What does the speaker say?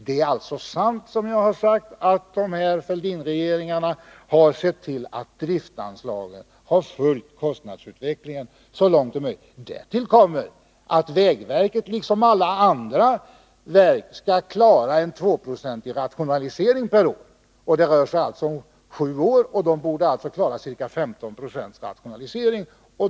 Det är alltså sant, som jag har sagt, att Fälldinregeringarna har sett till att driftsanslagen har följt kostnadsutvecklingen så långt möjligt. Därtill kommer att vägverket liksom alla andra verk skall klara en tvåprocentig rationalisering varje år. Det rör sig här om sju år, och verket borde alltså klara ca 15 96 rationalisering.